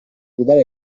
gridare